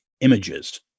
images